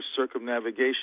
circumnavigation